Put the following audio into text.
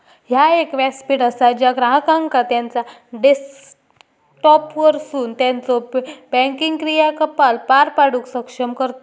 ह्या एक व्यासपीठ असा ज्या ग्राहकांका त्यांचा डेस्कटॉपवरसून त्यांचो बँकिंग क्रियाकलाप पार पाडूक सक्षम करतत